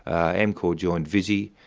amcor joined visy,